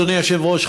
אדוני היושב-ראש,